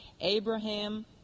Abraham